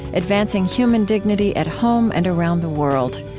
advancing human dignity at home and around the world.